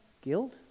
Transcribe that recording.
guilt